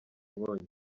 inkongi